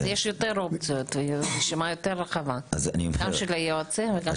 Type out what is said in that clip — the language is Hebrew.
אז יש אופציות, רשימה יותר רחבה גם של היועצים.